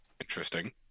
Interesting